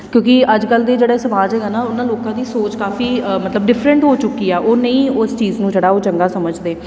ਕਿਉਂਕਿ ਅੱਜ ਕੱਲ੍ਹ ਦੇ ਜਿਹੜਾ ਸਮਾਜ ਹੈਗਾ ਨਾ ਉਹਨਾਂ ਲੋਕਾਂ ਦੀ ਸੋਚ ਕਾਫੀ ਮਤਲਬ ਡਿਫਰੈਂਟ ਹੋ ਚੁੱਕੀ ਆ ਉਹ ਨਹੀਂ ਉਸ ਚੀਜ਼ ਨੂੰ ਜਿਹੜਾ ਉਹ ਚੰਗਾ ਸਮਝਦੇ